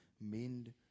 mend